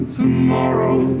tomorrow